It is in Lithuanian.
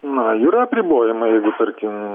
na yra apribojimai jeigu tarkim